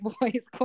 boys